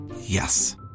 Yes